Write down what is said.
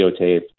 Videotape